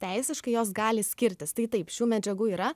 teisiškai jos gali skirtis tai taip šių medžiagų yra